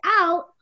out